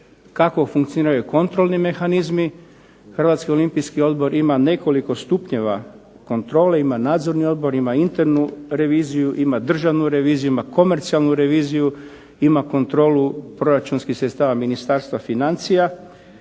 kako funkcioniraju kontrolni mehanizmi. Hrvatski olimpijski odbor ima nekoliko stupnjeva kontrole. Ima nadzorni odbor, ima internu reviziju, ima državnu reviziju, ima komercijalnu reviziju, ima kontrolu proračunskih sredstava Ministarstva financija